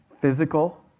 physical